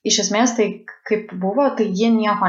iš esmės tai kaip buvo tai jie nieko